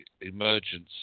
emergence